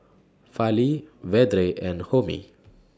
Fali Vedre and Homi